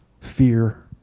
fear